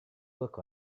look